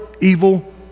evil